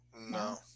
No